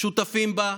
שותפים בה,